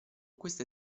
questa